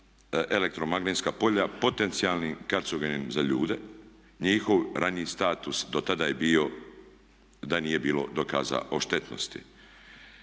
elektromagnetska polja potencijalnim karcinogenim za ljude. Njihov raniji status do tada je bio da nije bilo dokaza o štetnosti.